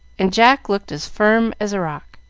and jack looked as firm as a rock.